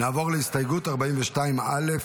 נעבור להסתייגות 42 א'.